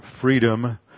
freedom